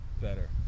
better